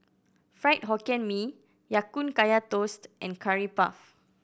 Fried Hokkien Mee Ya Kun Kaya Toast and Curry Puff